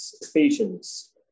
Ephesians